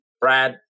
Brad